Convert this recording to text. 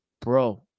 Bro